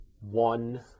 One